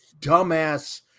dumbass